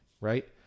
right